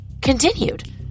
continued